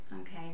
Okay